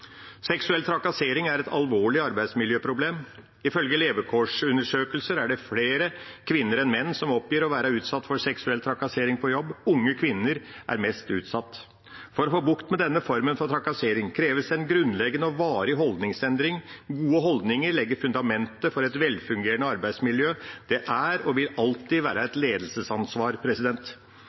Seksuell trakassering er et alvorlig arbeidsmiljøproblem. Ifølge levekårsundersøkelser er det flere kvinner enn menn som oppgir å være utsatt for seksuell trakassering på jobb, og unge kvinner er mest utsatt. For å få bukt med denne formen for trakassering kreves en grunnleggende og varig holdningsendring. Gode holdninger legger fundamentet for et velfungerende arbeidsmiljø. Det er og vil alltid være et ledelsesansvar.